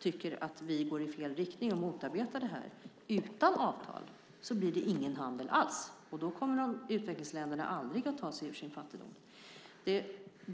tycker att vi går i fel riktning och motarbetar detta att utan avtal blir det ingen handel alls, och då kommer utvecklingsländerna aldrig att ta sig ur sin fattigdom.